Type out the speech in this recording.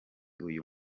uyu